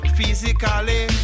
Physically